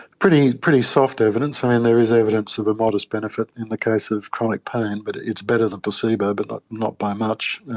pretty pretty soft evidence. i mean, and there is evidence of a modest benefit in the case of chronic pain, but it's better than placebo but not not by much.